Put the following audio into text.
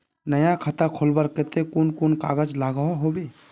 नया खाता खोलवार केते कुन कुन कागज लागोहो होबे?